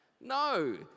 no